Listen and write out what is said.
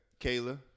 Kayla